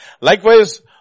Likewise